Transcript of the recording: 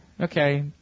okay